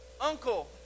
uncle